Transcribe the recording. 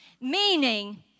Meaning